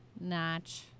notch